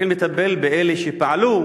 צריכים לטפל באלה שפעלו,